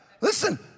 Listen